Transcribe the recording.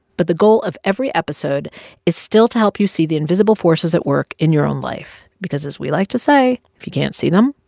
but the goal of every episode is still to help you see the invisible forces at work in your own life because, as we like to say, if you can't see them,